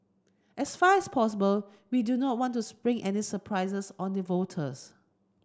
as far as possible we do not want to spring any surprises on the voters